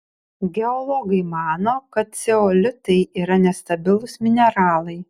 geologai mano kad ceolitai yra nestabilūs mineralai